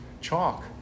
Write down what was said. chalk